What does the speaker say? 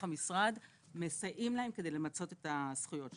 המשרד מסייעים להם כדי למצות את הזכויות שלהם.